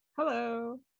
Hello